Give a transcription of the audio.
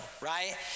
right